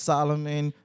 Solomon